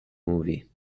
movie